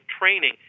training